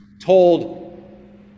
told